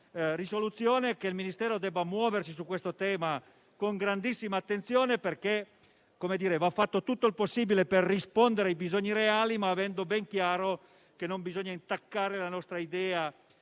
mozione - che il Ministero debba muoversi su questo tema con grandissima attenzione, perché va fatto tutto il possibile per rispondere ai bisogni reali, ma avendo ben chiaro che non si deve intaccare la nostra idea